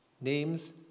names